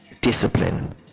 discipline